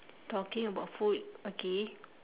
talking about food okay